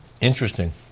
Interesting